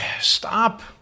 stop